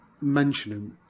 mentioning